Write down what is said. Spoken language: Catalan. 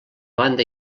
banda